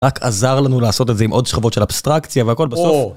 רק עזר לנו לעשות את זה עם עוד שכבות של אבסטרקציה והכל בסוף.